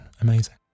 amazing